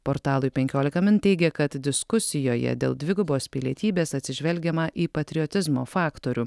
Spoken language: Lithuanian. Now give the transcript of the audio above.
portalui penkiolika min teigė kad diskusijoje dėl dvigubos pilietybės atsižvelgiama į patriotizmo faktorių